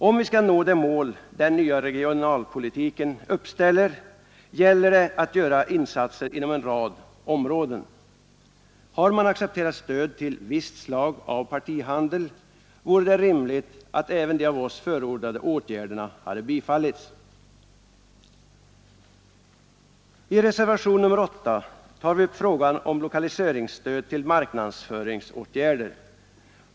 Om vi skall nå det mål den nya regionalpolitiken uppställt, gäller det att göra insatser inom en rad områden. Har man accepterat stöd till visst slag av partihandel, vore det rimligt att även de av oss förordade åtgärderna hade tillstyrkts. I reservation nr 8 tar vi upp frågan om lokaliseringsstöd till marknadsföringsåtgärder.